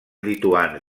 lituans